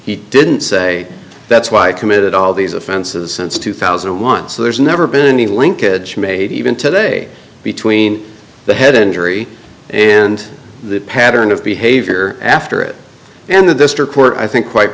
he didn't say that's why i committed all these offenses since two thousand and one so there's never been any linkage made even today between the head injury and the pattern of behavior after it and the district court i think quite